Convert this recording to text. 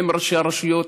עם ראשי הרשויות,